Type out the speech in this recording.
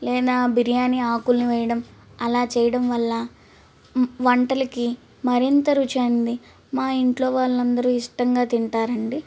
లేదా బిర్యానీ ఆకుల్ని వేయడం అలా చేయడం వల్ల వంటలకి మరింత రుచి అంది మాఇంట్లో వాళ్ళందరు ఇష్టంగా తింటారండి